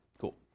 Cool